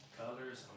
colors